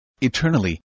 eternally